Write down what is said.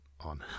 on